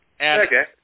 Okay